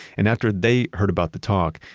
and after they heard about the talk,